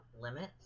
limits